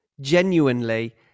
genuinely